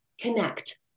Connect